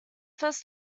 first